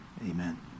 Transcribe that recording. Amen